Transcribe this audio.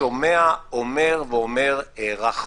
שומע ואומר: הארכתי.